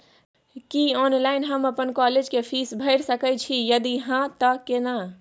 की online हम अपन college के फीस भैर सके छि यदि हाँ त केना?